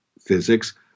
physics